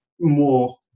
more